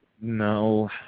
No